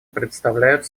представляют